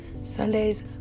Sunday's